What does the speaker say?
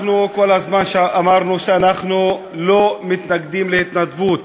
אנחנו כל הזמן אמרנו שאנחנו לא מתנגדים להתנדבות,